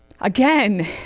Again